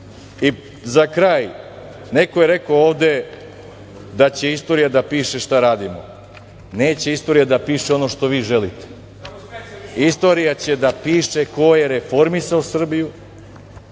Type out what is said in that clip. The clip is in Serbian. kraj, neko je rekao ovde da će istorija da piše šta radimo, ali neće istorija da piše ono što vi želite, istorija će da piše ko je reformisao Srbiju,